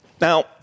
Now